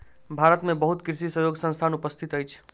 भारत में बहुत कृषि सहयोगी संस्थान उपस्थित अछि